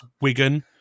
Wigan